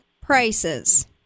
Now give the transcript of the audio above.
prices